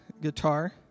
guitar